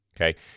Okay